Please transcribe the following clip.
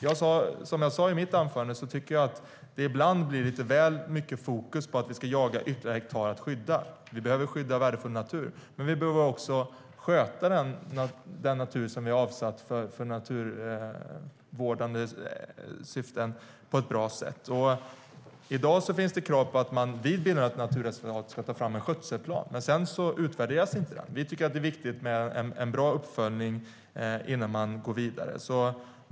I dag finns det krav på att man vid bildandet av naturreservat ska ta fram en skötselplan, men sedan utvärderas den inte. Vi tycker att det är viktigt med en bra uppföljning innan man går vidare.